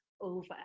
over